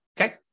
Okay